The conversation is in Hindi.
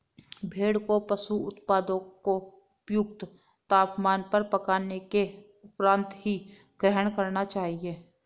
भेड़ को पशु उत्पादों को उपयुक्त तापमान पर पकाने के उपरांत ही ग्रहण करना चाहिए